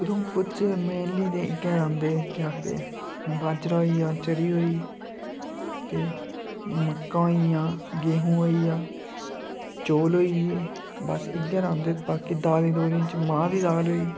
उधमपुर च मेनली ते इक्कै रांह्दे केह् आखदे बाजरा होई गेआ चरी होई ते मक्कां होई गेइयां गेहूं होई गेआ चौल होई गे बस इ'यै रांह्दे बाकी दालीं दुलीं च मांह् दी दाल होई